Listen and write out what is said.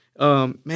Man